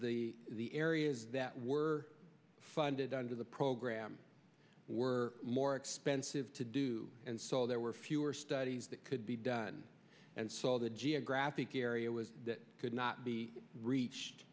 the the areas that were funded under the program were more expensive to do and so there were fewer studies that could be done and so the geographic area was that could not be reached